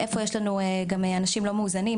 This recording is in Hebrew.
איפה יש לנו אנשים לא מאוזנים,